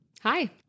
Hi